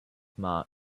mark